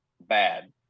bad